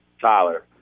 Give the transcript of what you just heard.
Tyler